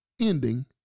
ending